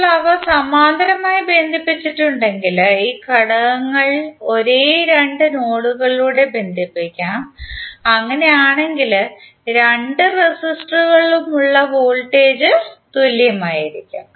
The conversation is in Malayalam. ഇപ്പോൾ അവ സമാന്തരമായി ബന്ധിപ്പിച്ചിട്ടുണ്ടെങ്കിൽ ഈ ഘടകങ്ങൾ ഒരേ രണ്ട് നോഡുകളിലൂടെ ബന്ധിപ്പിക്കും അങ്ങനെയാണെങ്കിൽ രണ്ട് റെസിസ്റ്ററുകളിലുമുള്ള വോൾട്ടേജ് തുല്യമായിരിക്കും